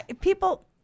people